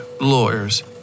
lawyers